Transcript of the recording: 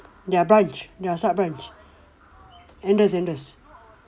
their branch their sub branch Andes Andes